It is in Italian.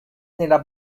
nella